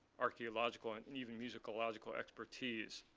archaeological, and and even musicological expertise.